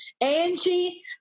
Angie